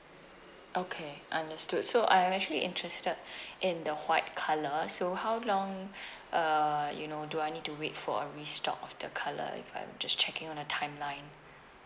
okay understood so I am actually interested in the white colour so how long uh you know do I need to wait for a restock of the colour if I'm just checking on the timeline